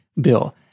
Bill